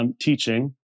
teaching